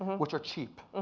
which are cheap.